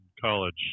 college –